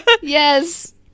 Yes